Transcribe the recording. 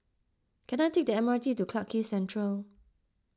can I take the M R T to Clarke Quay Central